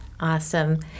Awesome